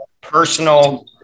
personal